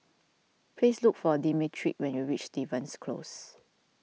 please look for Demetric when you reach Stevens Close